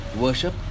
Worship